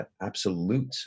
absolute